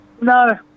No